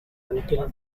until